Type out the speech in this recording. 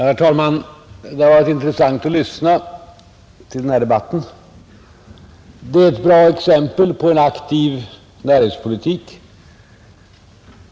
Herr talman! Det har varit intressant att lyssna till den här debatten. Den ger ett bra exempel på en aktiv näringspolitik.